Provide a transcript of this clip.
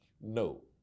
No